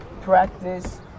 practice